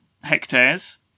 hectares